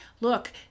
look